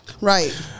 Right